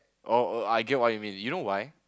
orh oh I get what you mean you know why